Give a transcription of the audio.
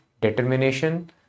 determination